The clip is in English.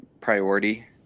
priority